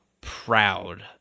proud